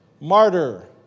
Martyr